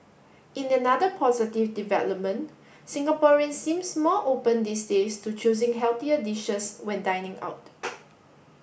in another positive development Singaporean seems more open these days to choosing healthier dishes when dining out